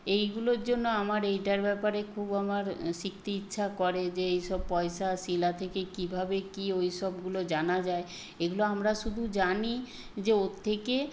এইগুলোর জন্য আমার এইটার ব্যাপারে খুব আমার শিখতে ইচ্ছা করে যে এই সব পয়সা শিলা থেকে কীভাবে কী ওই সবগুলো জানা যায় এগুলো আমরা শুধু জানি যে ওর থেকে